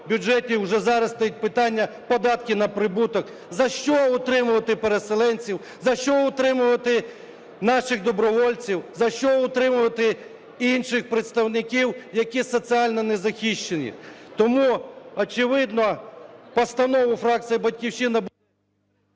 бюджетів, уже зараз стоїть питання, податки на прибуток. За що утримувати переселенців? За що утримувати наших добровольців? За що утримувати інших представників, які соціально незахищені? Тому, очевидно, постанову фракція "Батьківщина"...